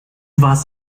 warst